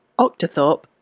Octothorpe